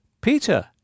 Peter